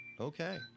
Okay